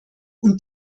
und